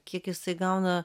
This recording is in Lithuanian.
kiek jisai gauna